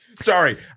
Sorry